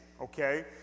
okay